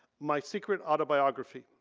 my secret autobiography,